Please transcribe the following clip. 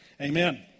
Amen